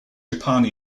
japan